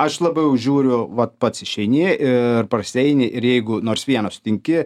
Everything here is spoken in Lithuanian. aš labiau žiūriu va pats išeini ir prasieini ir jeigu nors vieną sutinki